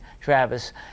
Travis